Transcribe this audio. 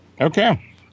Okay